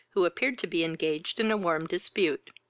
who appeared to be engaged in a warm dispute.